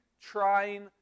trying